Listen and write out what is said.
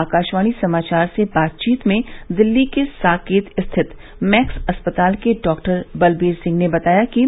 आकाशवाणी समाचार से बातचीत में दिल्ली के साकेत स्थित मैक्स अस्पताल के डॉ बलबीर सिंह ने बताया कि